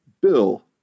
Bill